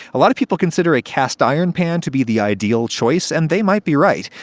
a lot of people consider a cast iron pan to be the ideal choice, and they might be right.